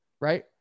Right